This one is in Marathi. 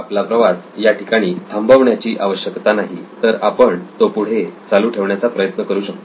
आपला प्रवास याठिकाणी थांबवण्याची आवश्यकता नाही तर आपण तो पुढे चालू ठेवण्याचा प्रयत्न करू शकतो